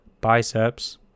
biceps